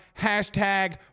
Hashtag